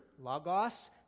logos